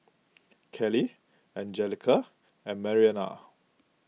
Kelley Angelica and Mariana